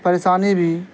پریشانی بھی